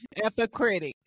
Epicritic